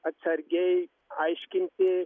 atsargiai aiškinti